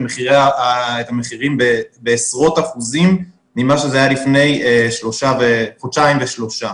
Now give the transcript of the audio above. המחירים בעשרות אחוזים ממה שזה היה לפני חודשיים ושלושה.